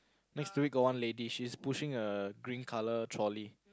next to it got one lady she's pushing a green color trolley